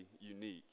unique